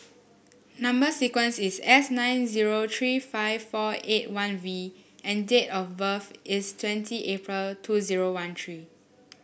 number sequence is S nine zero three five four eight one V and date of birth is twenty April two zero one three